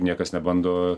niekas nebando